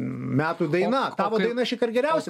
metų daina tavo daina šįkart geriausia